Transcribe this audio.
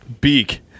Beak